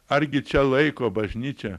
argi čia laiko bažnyčia